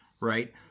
right